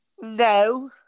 no